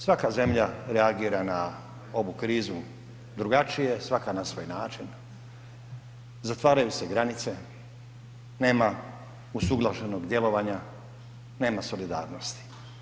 Svaka zemlja reagira na ovu krizu drugačije, svaka na svoj način, zatvaraju se granice, nema usuglašenog djelovanja, nema solidarnosti.